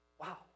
Wow